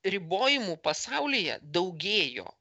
ribojimų pasaulyje daugėjo